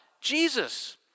Jesus